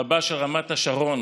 רבה של רמת השרון